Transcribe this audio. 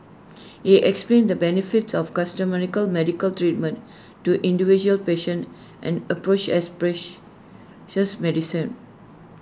he explained the benefits of medical treatment to individual patients an approach as medicine